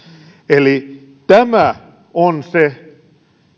eli tämä on se